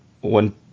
one